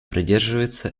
придерживается